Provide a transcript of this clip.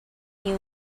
you